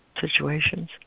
situations